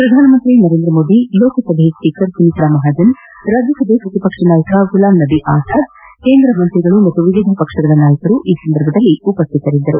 ಪ್ರಧಾನಮಂತ್ರಿ ನರೇಂದ್ರ ಮೋದಿ ಲೋಕಸಭಾ ಸ್ವೀಕರ್ ಸುಮಿತ್ರಾ ಮಹಾಜನ್ ರಾಜ್ಯಸಭೆಯ ಪ್ರತಿಪಕ್ಷ ನಾಯಕ ಗುಲಾಂ ನಬಿ ಆಜಾದ್ ಕೇಂದ್ರ ಸಚಿವರು ಮತ್ತು ವಿವಿಧ ಪಕ್ಷಗಳ ನಾಯಕರು ಈ ಸಂದರ್ಭದಲ್ಲಿ ಹಾಜರಿದ್ದರು